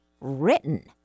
written